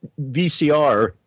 VCR